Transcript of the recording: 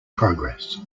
progress